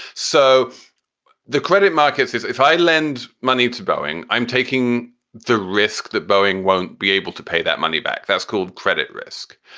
so the credit markets, if i lend money to boeing, i'm taking the risk that boeing won't be able to pay that money back. that's called credit risk.